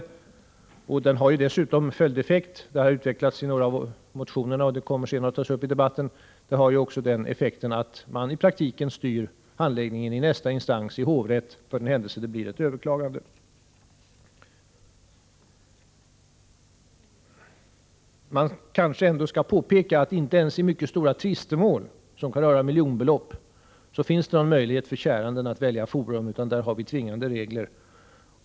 En följdeffekt är dessutom — det har utvecklats i några motioner och det kommer att tas upp senare i debatten — att man i praktiken styr handläggningen i nästa instans, i hovrätt, för den händelse det blir ett överklagande. Det kanske ändå skall påpekas att inte ens i mycket stora tvistemål, som kan röra miljonbelopp, finns det någon möjlighet för käranden att välja forum, utan där har vi tvingande regler.